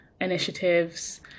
initiatives